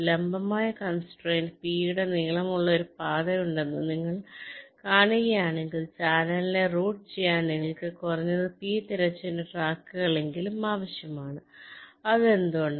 ഒരു ലംബമായ കൺസ്ട്രെയിന്റ് ഗ്രാഫിൽ p യുടെ നീളമുള്ള ഒരു പാത ഉണ്ടെന്ന് നിങ്ങൾ കാണുകയാണെങ്കിൽ ചാനലിനെ റൂട്ട് ചെയ്യാൻ നിങ്ങൾക്ക് കുറഞ്ഞത് p തിരശ്ചീന ട്രാക്കുകളെങ്കിലും ആവശ്യമാണ് അത് എന്തുകൊണ്ട്